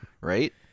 Right